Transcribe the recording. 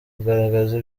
kugaragaza